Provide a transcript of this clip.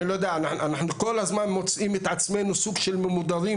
אנחנו כל הזמן מוצאים את עצמנו ממודרים